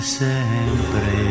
sempre